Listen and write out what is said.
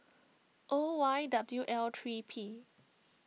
O Y W L three P